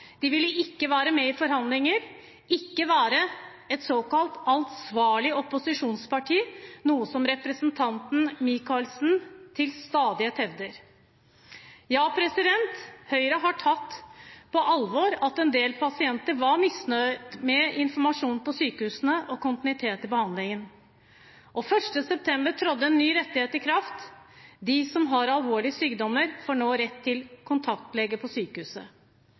De ville ikke være med i forhandlinger, ville ikke være et såkalt ansvarlig opposisjonsparti, noe som representanten Micaelsen til stadighet hevder. Ja, Høyre har tatt på alvor at en del pasienter var misfornøyd med informasjon på sykehusene og kontinuitet i behandlingen. Den 1. september trådte en ny rettighet i kraft: De som har alvorlige sykdommer, får nå rett til kontaktlege på sykehuset.